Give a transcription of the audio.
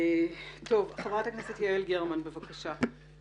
חברת הכנסת יעל גרמן, בבקשה.